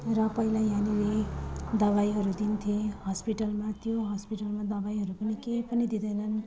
र पहिल्यै यहाँनिर दबाईहरू दिन्थे हस्पिटलमा त्यो हस्पिटलमा दबाईहरू पनि केही पनि दिँदैनन्